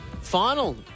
final